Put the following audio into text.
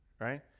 Right